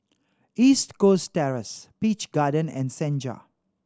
East Coast Terrace Peach Garden and Senja